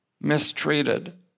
mistreated